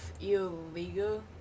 illegal